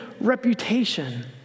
reputation